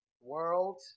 World